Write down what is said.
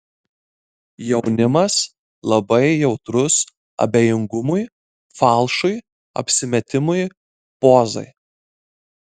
jaunimas labai jautrus abejingumui falšui apsimetimui pozai